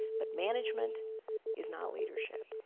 but management is not leadership.